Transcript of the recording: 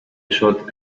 shot